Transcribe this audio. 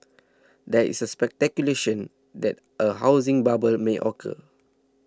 there is speculation that a housing bubble may occur